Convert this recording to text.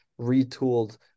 retooled